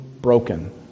broken